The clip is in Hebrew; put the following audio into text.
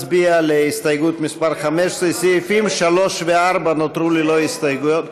הסתייגות מס' 15. סעיפים 3 ו-4 נותרו ללא הסתייגויות.